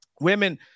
women